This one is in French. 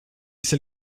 c’est